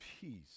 peace